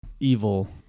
evil